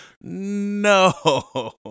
no